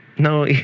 No